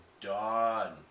done